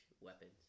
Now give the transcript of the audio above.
weapons